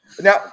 now